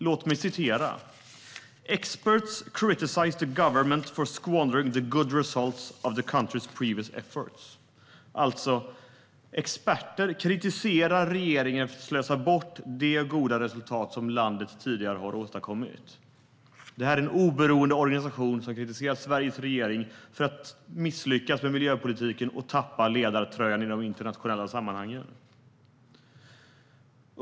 Låt mig läsa: Experts criticise the government for squandering the good results of the country's previous efforts. Alltså: Experter kritiserar regeringen för att slösa bort de goda resultat landet tidigare har åstadkommit. Det är en oberoende organisation som kritiserar Sveriges regering för att misslyckas med miljöpolitiken och tappa ledartröjan i de internationella sammanhangen.